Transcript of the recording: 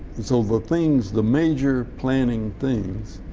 and so the things, the major planning things,